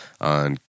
on